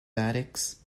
addicts